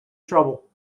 trouble